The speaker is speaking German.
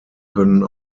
können